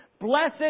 Blessed